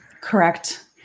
Correct